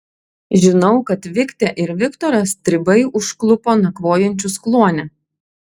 žinau kad viktę ir viktorą stribai užklupo nakvojančius kluone